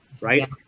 right